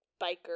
biker